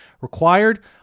required